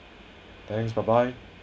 thanks bye bye